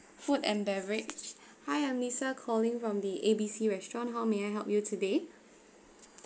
food and beverage hi I'm lisa calling from the A B C restaurant how may I help you today